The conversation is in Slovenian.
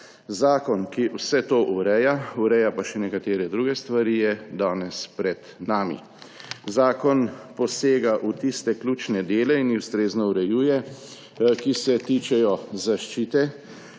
Zakon, ki vse to ureja, ureja pa še nekatere druge stvari, je danes pred nami. Zakon posega v tiste ključne dele, ki se tičejo zaščite